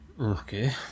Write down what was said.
Okay